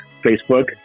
Facebook